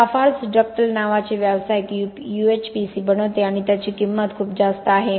Lafarge Ductal नावाचे व्यावसायिक UHPC बनवते आणि त्याची किंमत खूप जास्त आहे